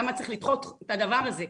למה צריך לדחות את הדבר הזה?